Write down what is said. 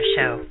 Show